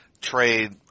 trade